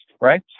right